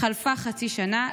חלפה חצי שנה.